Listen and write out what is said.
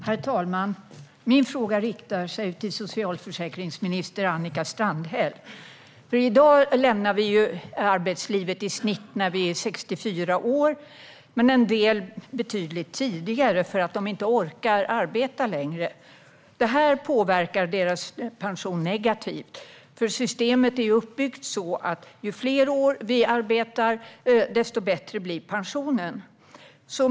Herr talman! Min fråga riktar sig till socialförsäkringsminister Annika Strandhäll. I dag lämnar vi arbetslivet när vi är i snitt 64 år. Men en del gör det betydligt tidigare för att de inte orkar arbeta längre. Det påverkar deras pension negativt eftersom systemet är uppbyggt så att ju fler år vi arbetar, desto bättre blir pensionen.